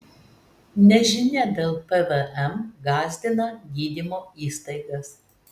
nežinia dėl pvm gąsdina gydymo įstaigas